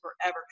forever